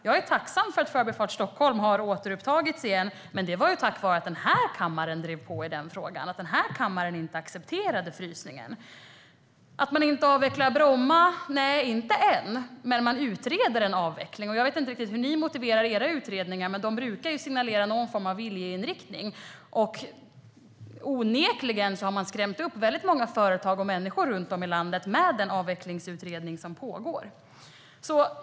Jag är tacksam för att Förbifart Stockholm har återupptagits, men det var ju tack vare att den här kammaren drev på i frågan och inte accepterade frysningen. Man avvecklar inte Bromma, säger Pia Nilsson. Nej, inte än. Men man utreder en avveckling. Jag vet inte riktigt hur ni motiverar era utredningar, men de brukar ju signalera någon form av viljeinriktning. Onekligen har man skrämt upp väldigt många företag och människor runt om i landet med den avvecklingsutredning som pågår.